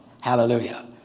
Hallelujah